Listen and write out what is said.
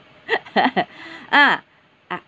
ah ah